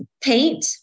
Paint